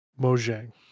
Mojang